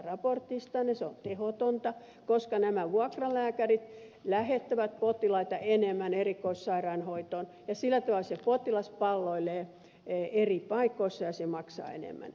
se on tehotonta koska nämä vuokralääkärit lähettävät potilaita enemmän erikoissairaanhoitoon ja sillä tavalla se potilas palloilee eri paikoissa ja se maksaa enemmän